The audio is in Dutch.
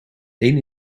één